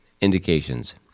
indications